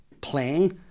playing